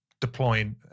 deploying